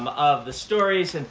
of the stories.